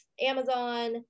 Amazon